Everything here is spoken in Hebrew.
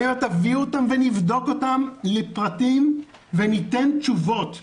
אני אומר תביאו אותם ונבדוק אותם לפרטים וניתן תשובות ענייניות.